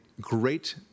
great